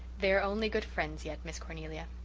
they are only good friends yet, miss cornelia.